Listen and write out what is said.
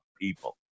people